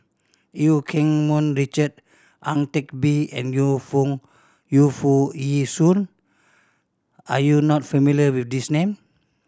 Eu Keng Mun Richard Ang Teck Bee and Yu Feng Yu Foo Yee Shoon are you not familiar with these name